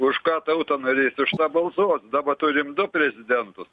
už ką tauta norės už tą balsuos daba turim du prezidentus